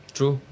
True